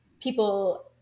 people